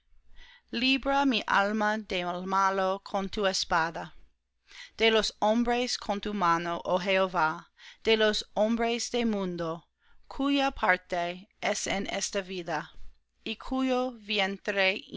mi alma del malo con tu espada de los hombres con tu mano oh jehová de los hombres de mundo cuya parte es en esta vida y cuyo